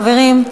חברים,